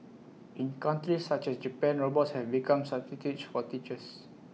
in countries such as Japan robots have become substitutes for teachers